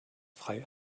frei